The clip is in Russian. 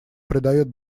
придает